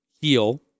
heal